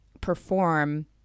perform